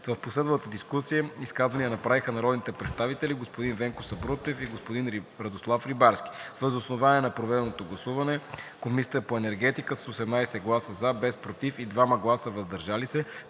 В последвалата дискусия изказвания направиха народните представители господин Венко Сабрутев и господин Радослав Рибарски. Въз основа на проведеното гласуване Комисията по енергетика с 18 гласа „за“, без „против“ и 2 гласа „въздържал се“